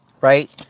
right